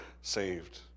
saved